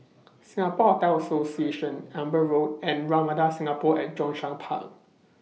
Singapore Hotel Association Amber Road and Ramada Singapore At Zhongshan Park